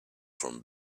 from